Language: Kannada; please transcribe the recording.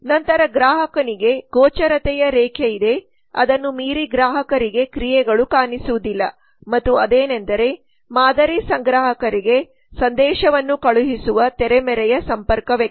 ನಂತರ ಗ್ರಾಹಕನಿಗೆ ಗೋಚರತೆಯ ರೇಖೆಯಿದೆ ಅದನ್ನುಮೀರಿ ಗ್ರಾಹಕರಿಗೆ ಕ್ರಿಯೆಗಳು ಕಾಣಿಸುವುದಿಲ್ಲ ಮತ್ತು ಅದೇನೆಂದರೆ ಮಾದರಿ ಸಂಗ್ರಾಹಕರಿಗೆ ಸಂದೇಶವನ್ನು ಕಳುಹಿಸುವ ತೆರೆಮರೆಯ ಸಂಪರ್ಕ ವ್ಯಕ್ತಿ